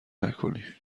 نکنی